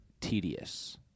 tedious